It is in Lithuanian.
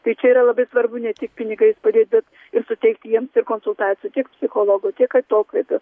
tai čia yra labai svarbu ne tik pinigais padėt bet ir suteikti jiems ir konsultacijų tiek psichologo tiek atokvėpio